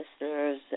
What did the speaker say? listeners